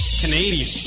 Canadian